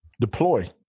deploy